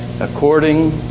according